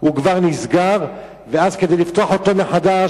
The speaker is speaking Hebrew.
הוא כבר נסגר, ואז כדי לפתוח אותו מחדש,